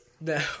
No